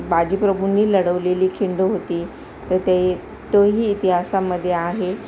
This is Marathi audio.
बाजीप्रभूंनी लढवलेली खिंड होती तर ते तोही इतिहासामध्ये आहे